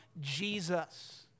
Jesus